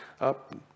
up